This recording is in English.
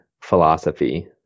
philosophy